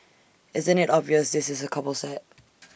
isn't IT obvious this is A couple set